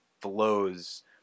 flows